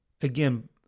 Again